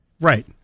Right